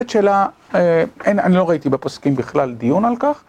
זאת שאלה, אה... אני לא ראיתי בפוסקים בכלל דיון על כך